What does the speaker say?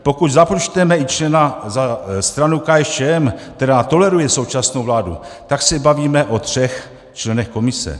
Pokud započtete i člena za stranu KSČM, která toleruje současnou vládu, tak se bavíme o třech členech komise.